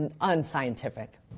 unscientific